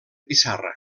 pissarra